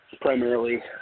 primarily